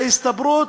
של הסתברות,